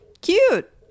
cute